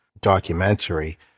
documentary